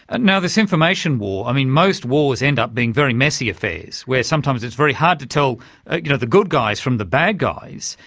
and and this information war. most wars end up being very messy affairs where sometimes it's very hard to tell you know the good guys from the bad guys,